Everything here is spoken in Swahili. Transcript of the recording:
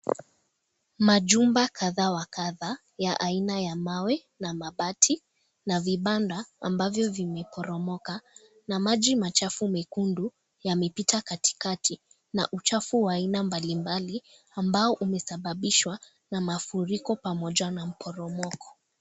Majumba kadhaa wa kadhaa aina ya mawe na mabati na vibanda ambavyo vimeporomoka ,na maji machafu mekundu yanapita katikati na uchafu wa aina mbalimbali ambao umesababishwa na mafuriko pamoja na maporomoko.